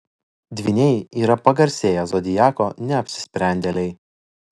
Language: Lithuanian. dvyniai yra pagarsėję zodiako neapsisprendėliai